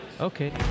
Okay